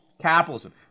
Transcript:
capitalism